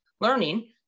learning